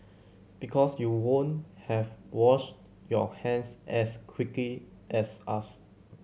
because you won't have washed your hands as quickly as us